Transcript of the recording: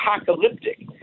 apocalyptic